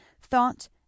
thought